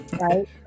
Right